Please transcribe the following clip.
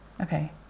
Okay